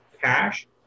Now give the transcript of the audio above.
cash